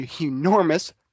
enormous